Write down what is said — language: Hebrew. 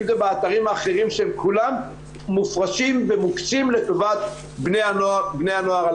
אם זה באתרים האחרים שהם כולם מופרשים ומוקצים לטובת בני הנוער.